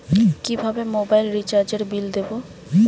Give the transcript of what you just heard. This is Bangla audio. কিভাবে মোবাইল রিচার্যএর বিল দেবো?